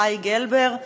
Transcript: אביחי גלבר,